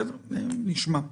בסדר, נשמע.